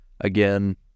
Again